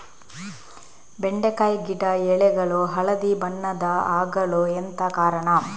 ಬೆಂಡೆಕಾಯಿ ಗಿಡ ಎಲೆಗಳು ಹಳದಿ ಬಣ್ಣದ ಆಗಲು ಎಂತ ಕಾರಣ?